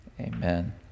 Amen